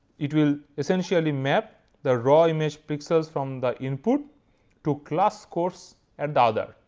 it will essentially map the raw image pixels from the input to class course at the other.